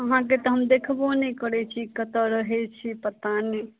अहाँकेँ तऽ हम देखबो नहि करै छी कतऽ रहै छी पता नहि